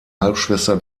halbschwester